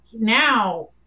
now